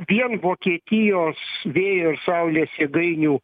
vien vokietijos vėjo ir saulės jėgainių